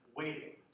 waiting